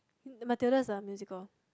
Matilda is the musical